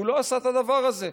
הוא לא עשה את הדבר הזה.